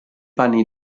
panni